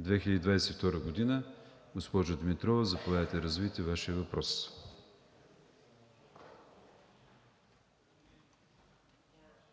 2022 г. Госпожо Димитрова, заповядайте да развиете Вашия въпрос.